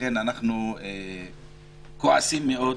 לכן אנחנו כועסים מאוד,